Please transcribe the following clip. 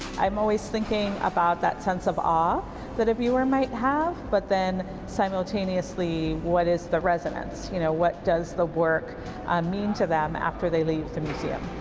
i'm always thinking about that sense of awe that a viewer might have, but then simultaneously, what is the resonance? you know, what does the work mean to them after they leave the museum?